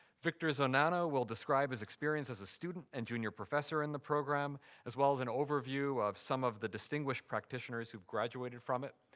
victor zonana will describe his experience as a student and junior professor in the program as well as an overview of some of the distinguished practitioners who've graduated from it.